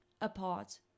apart